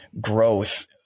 growth